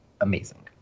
amazing